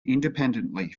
independently